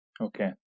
Okay